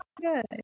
good